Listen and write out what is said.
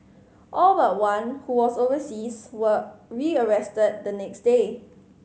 all but one who was overseas were rearrested the next day